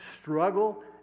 struggle